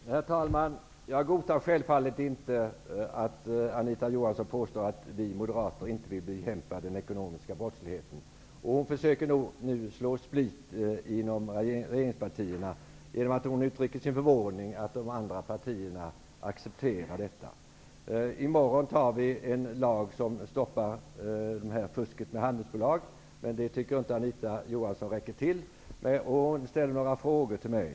Herr talman! Jag godtar självfallet inte att Anita Johansson påstår att vi Moderater inte vill bekämpa den ekonomiska brottsligheten. Hon försöker nu att så split inom regeringspartierna genom att uttrycka sin förvåning över att de andra partierna accepterar detta. I morgon skall vi anta en lag som skall stoppa fusket med handelsbolag, men det tycker Anita Johansson inte är tillräckligt. Anita Johansson ställde några frågor till mig.